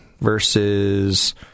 versus